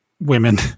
women